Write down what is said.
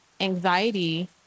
Anxiety